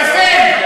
לב, שפל,